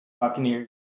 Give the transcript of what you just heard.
Buccaneers